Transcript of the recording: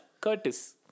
Curtis